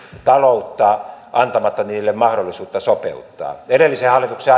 taloutta antamatta niille mahdollisuutta sopeuttaa edellisen hallituksen